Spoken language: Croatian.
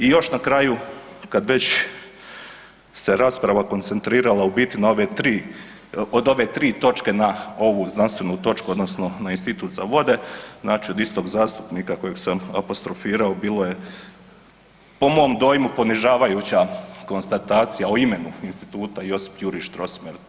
I još na kraju, kad već se rasprava koncentrirala na ove, od ove 3 točke na ovu znanstvenu točku odnosno na Institut za vode, znači od istog zastupnika kojeg sam apostrofirao, bilo je po mom dojmu ponižavajuća konstatacija, o imenu Instituta Josip Juri Strossmayeru.